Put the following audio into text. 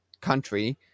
country